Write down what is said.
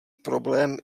problém